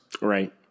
Right